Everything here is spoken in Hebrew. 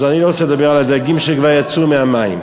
אז אני לא רוצה לדבר על הדגים שכבר יצאו מהמים.